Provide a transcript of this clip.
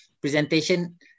presentation